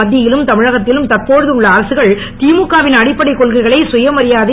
மத்தியிலும் தமிழகத்திலும் தற்போதுள்ள அரசுகள் திமுக வின் அடிப்படை கொள்கையான கயமரியாதை